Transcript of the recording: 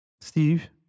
Steve